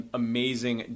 amazing